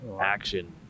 action